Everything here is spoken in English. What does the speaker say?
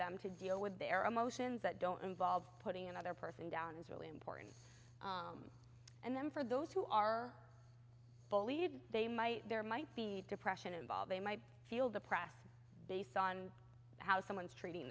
them to deal with their emotions that don't involve putting another person down is really important and then for those who are bullied they might there might be depression involve they might feel depressed based on how someone's treating